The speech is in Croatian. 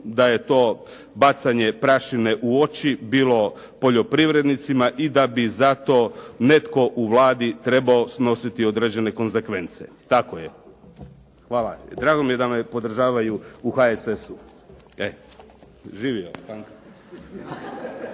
da je to bacanje prašine u oči bilo poljoprivrednicima i da bi za to netko u Vladi trebao snositi određene konzekvence. Tako je. Hvala. Drago mi je da me podržavaju u HSS-u. **Šeks,